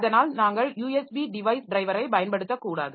அதனால் நாங்கள் USB device டிரைவரைப் பயன்படுத்தக்கூடாது